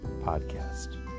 podcast